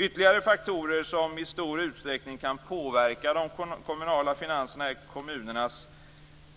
Ytterligare faktorer som i stor utsträckning kan påverka de kommunala finanserna är kommunernas